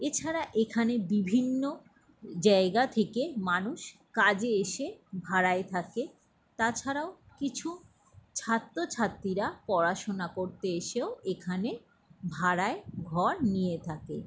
এছাড়া এখানে বিভিন্ন জায়গা থেকে মানুষ কাজে এসে ভাড়ায় থাকে তাছাড়াও কিছু ছাত্র ছাত্রীরা পড়াশোনা করতে এসেও এখানে ভাড়ায় ঘর নিয়ে থাকে